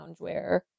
loungewear